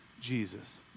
Jesus